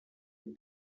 with